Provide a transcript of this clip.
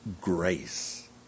Grace